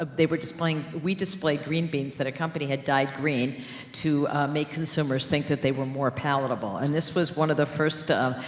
ah they were displaying, we displayed green beans, that a company had dyed green to, ah, make consumers think, that they were more palatable. and this was one of the first, ah,